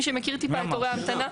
מי שמכיר טיפה את תורי ההמתנה,